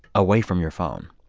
away from your phone.